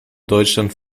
deutschland